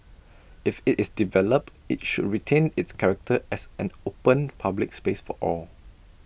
if IT is developed IT should retain its character as an open public space for all